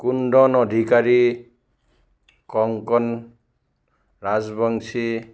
Kundan Adhikari Kankan Rajbongshi